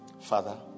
Father